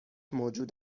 موجود